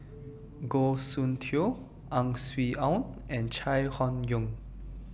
Goh Soon Tioe Ang Swee Aun and Chai Hon Yoong